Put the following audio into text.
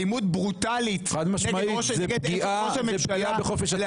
אלימות ברוטלית נגד אשת ראש הממשלה,